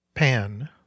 Pan